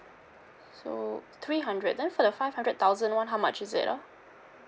so three hundred then for the five hundred thousand [one] how much is it ah